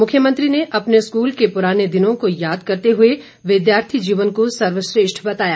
मुख्यमंत्री ने अपने स्कूल के पुराने दिनों को याद करते हुए विद्यार्थी जीवन को सर्वश्रेष्ठ बताया